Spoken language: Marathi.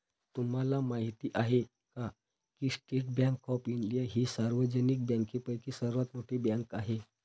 तुम्हाला माहिती आहे का की स्टेट बँक ऑफ इंडिया ही सार्वजनिक बँकांपैकी सर्वात मोठी बँक आहे